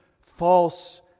false